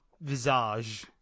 visage